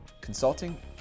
consulting